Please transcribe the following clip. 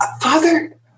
Father